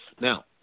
Now